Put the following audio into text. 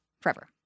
Forever